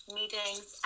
meetings